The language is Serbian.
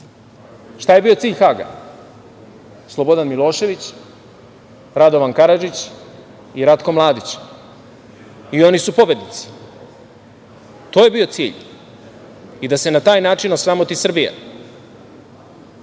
Šta je bio cilj Haga? Slobodan Milošević, Radovan Karadžić i Ratko Mladić. Oni su pobednici. To je bio cilj i da se na taj način osramoti Srbija,